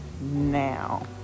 now